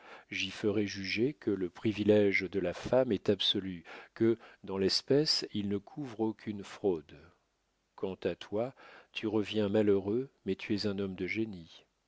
j'y ferai juger que le privilége de la femme est absolu que dans l'espèce il ne couvre aucune fraude quant à toi tu reviens malheureux mais tu es un homme de génie